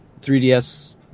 3DS